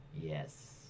Yes